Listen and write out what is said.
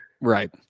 Right